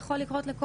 קוגנטיבי,